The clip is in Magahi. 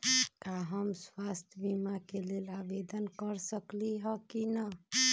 का हम स्वास्थ्य बीमा के लेल आवेदन कर सकली ह की न?